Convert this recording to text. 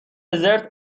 زرت